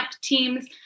team's